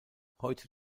heute